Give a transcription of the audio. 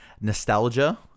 nostalgia